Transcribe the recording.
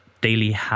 Daily